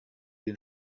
den